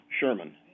Sherman